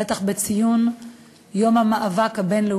בטח בציון שאנחנו מציינים היום את יום המאבק הבין-לאומי